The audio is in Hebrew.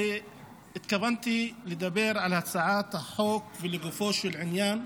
התכוונתי לדבר על הצעת החוק ולגופו של עניין,